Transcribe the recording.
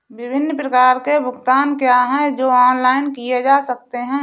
विभिन्न प्रकार के भुगतान क्या हैं जो ऑनलाइन किए जा सकते हैं?